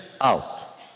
out